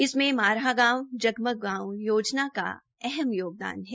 इसमें म्हारा गांव जगमग गांव योजनना का अहम योगदान है